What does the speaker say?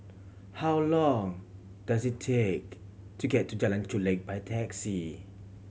how long does it take to get to Jalan Chulek by taxi